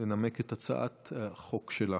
לנמק את הצעת החוק שלך.